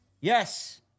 Yes